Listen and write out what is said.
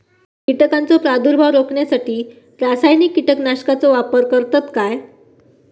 कीटकांचो प्रादुर्भाव रोखण्यासाठी रासायनिक कीटकनाशकाचो वापर करतत काय?